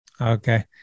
Okay